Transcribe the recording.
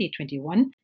2021